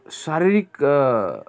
शारीरिक